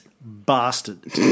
bastard